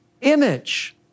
image